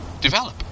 develop